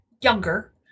younger